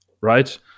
right